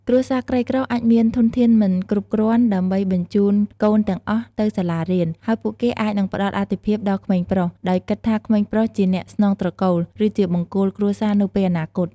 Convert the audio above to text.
គ្រួសារក្រីក្រអាចមានធនធានមិនគ្រប់គ្រាន់ដើម្បីបញ្ជូនកូនទាំងអស់ទៅសាលារៀន ហើយពួកគេអាចនឹងផ្តល់អាទិភាពដល់ក្មេងប្រុស ដោយគិតថាក្មេងប្រុសជាអ្នកស្នងត្រកូល ឬជាបង្គោលគ្រួសារនៅពេលអនាគត។